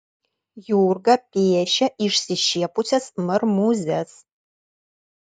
jurga piešia išsišiepusias marmūzes